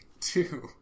two